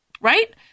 right